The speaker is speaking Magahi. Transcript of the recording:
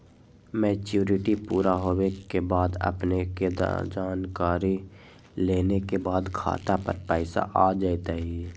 मैच्युरिटी पुरा होवे के बाद अपने के जानकारी देने के बाद खाता पर पैसा आ जतई?